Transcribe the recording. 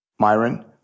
Myron